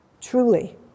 truly